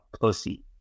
pussy